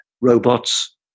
robots